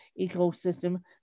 ecosystem